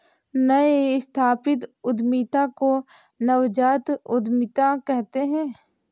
नई स्थापित उद्यमिता को नवजात उद्दमिता कहते हैं